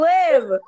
live